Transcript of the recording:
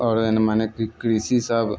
आओर एना मने कि कृषि सभ